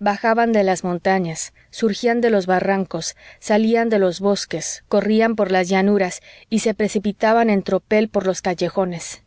bajaban de las montañas surgían de los barrancos salían de los bosques corrían por las llanuras y se precipitaban en tropel por los callejones